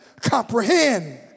comprehend